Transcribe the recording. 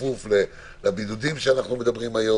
בכפוף לבידודים שאנחנו מדברים עליהם היום